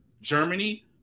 Germany